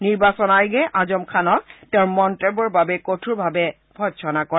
নিৰ্বাচন আয়োগে আজম খানক তেওঁৰ মন্তব্যৰ বাবে কঠোৰভাৱে ভংৰ্সনা কৰে